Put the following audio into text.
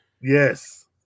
yes